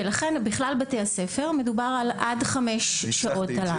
ולכן, בכלל בתי הספר, מדובר על עד חמש שעות תל"ן.